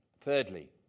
Thirdly